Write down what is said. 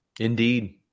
Indeed